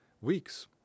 weeks